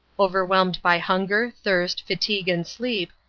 overwhelmed by hunger, thirst, fatigue and sleep,